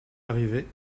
arrivé